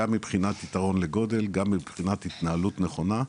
גם מבחינת התנהלות נכונה,